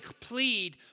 plead